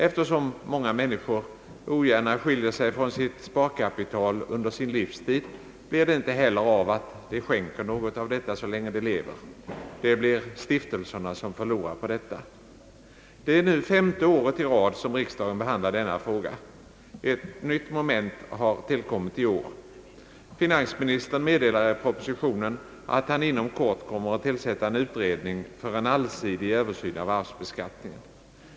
Eftersom många människor ogärna skiljer sig från sitt sparkapital under sin livstid, blir det inte heller av att de skänker något av detta så länge de lever. Det blir stiftelserna som förlorar på detta. Det är nu femte året i rad som riksdagen behandlar denna fråga. Ett nytt moment har tillkommit i år. Finansministern meddelar i propositionen att han inom kort kommer att tillsätta en utredning för allsidig översyn av arvsbeskattningen.